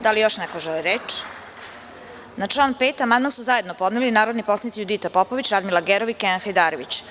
Da li još neko želi reč? (Ne.) Na član 5. amandman su zajedno podneli narodni poslanici Judita Popović, Radmila Gerov i Kenan Hajdarević.